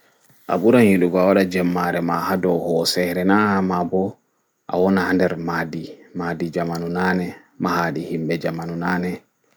A ɓuran yiɗugo awaɗa jemmare ma ha ɗou hoosere naa ma ɓo awona haa nɗer maaɗi maaɗi jamanu naane mahaaɗi himɓe jamanu naane